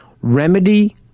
remedy